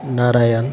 Narayan